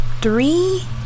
three